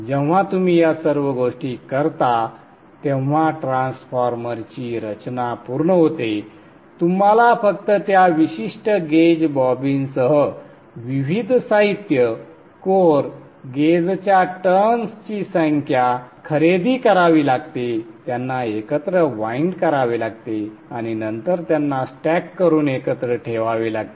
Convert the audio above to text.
जेव्हा तुम्ही या सर्व गोष्टी करता तेव्हा ट्रान्सफॉर्मरची रचना पूर्ण होते तुम्हाला फक्त त्या विशिष्ट गेज बॉबिनसह विविध साहित्य कोअर गेजच्या टर्न्स ची संख्या खरेदी करावी लागते त्यांना एकत्र वाइंड करावे लागते आणि नंतर त्यांना स्टॅक करून एकत्र ठेवावे लागते